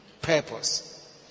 purpose